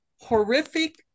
horrific